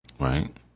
Right